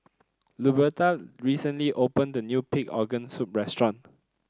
Luberta recently opened a new Pig Organ Soup restaurant